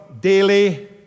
daily